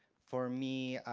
for me,